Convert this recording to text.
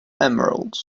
emeralds